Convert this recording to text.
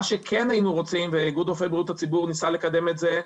מה שכן היינו רוצים ואיגוד רופאי בריאות הציבור ניסה לקדם את זה,